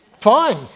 Fine